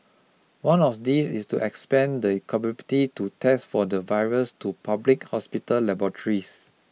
one of these is to expand the capability to test for the virus to public hospital laboratories